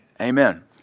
Amen